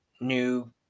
new